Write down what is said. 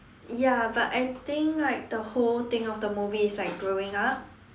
ya but I think like the whole thing of the movie is like growing up